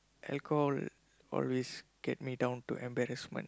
alcohol always get me down to embarrassment